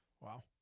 Wow